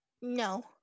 No